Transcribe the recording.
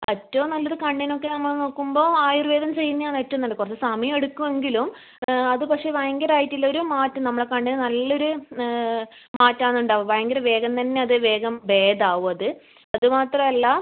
ഏറ്റവും നല്ലത് കണ്ണിനൊക്കെ നമ്മൾ നോക്കുമ്പോൾ ആയുർവ്വേദം ചെയ്യുന്നതാണ് ഏറ്റവും നല്ല കുറച്ച് സമയം എടുക്കുമെങ്കിലും അത് പക്ഷെ ഭയങ്കരമായിട്ടുള്ള ഒരു മാറ്റം നമ്മളെ കണ്ണിന് നല്ല ഒരു മാറ്റം ആണ് ഉണ്ടാവുക ഭയങ്കര വേഗം തന്നെ അത് വേഗം ബേധമാവും അത് അത് മാത്രമല്ല